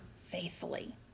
faithfully